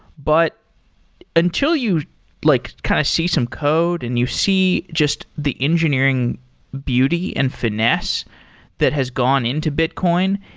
but until you like kind of see some code and you see just the engineering beauty and finesse that has gone into bitcoin,